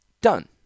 done